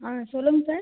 ஆ சொல்லுங்கள் சார்